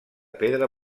pedra